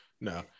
no